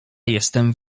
jestem